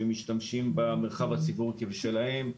שמשתמשים במרחב הציבורי כבשלהם.